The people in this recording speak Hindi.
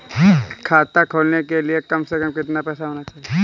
खाता खोलने के लिए कम से कम कितना पैसा होना चाहिए?